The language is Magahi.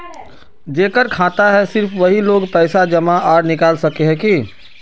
जेकर खाता है सिर्फ वही लोग पैसा जमा आर निकाल सके है की?